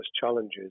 challenges